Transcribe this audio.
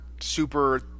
super